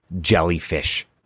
jellyfish